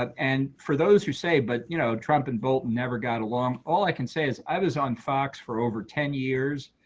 and for those who say, but, you know, trump and bolton never got along all i can say is i was on fox for over ten years,